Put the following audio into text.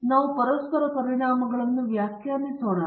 ಆದ್ದರಿಂದ ನಾವು ಪರಸ್ಪರ ಪರಿಣಾಮಗಳನ್ನು ವ್ಯಾಖ್ಯಾನಿಸೋಣ